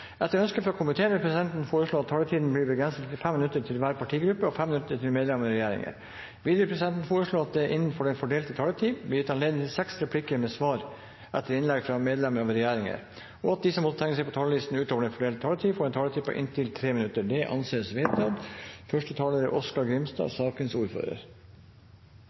Etter ønske fra energi- og miljøkomiteen vil presidenten foreslå at taletiden blir begrenset til 5 minutter til hver partigruppe og 5 minutter til medlem av regjeringen. Videre vil presidenten foreslå at det – innenfor den fordelte taletid – blir gitt anledning til seks replikker med svar etter innlegg fra medlemmer av regjeringen, og at de som måtte tegne seg på talerlisten utover den fordelte taletid, får en taletid på inntil 3 minutter. – Det anses vedtatt.